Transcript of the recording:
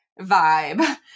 vibe